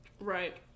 right